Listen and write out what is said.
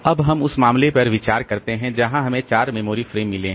अब हम उस मामले पर विचार करते हैं जहां हमें 4 मेमोरी फ्रेम मिले हैं